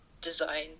design